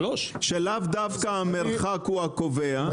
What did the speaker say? של לאו דווקא המרחק הוא הקובע,